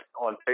on